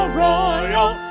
royal